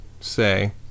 say